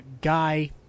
Guy